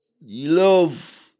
love